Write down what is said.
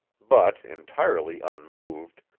but, entirely unmoved,